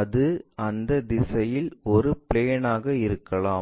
அது அந்த திசையில் ஒரு பிளேன் ஆக இருக்கலாம்